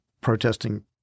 Protesting